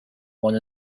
one